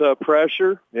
pressure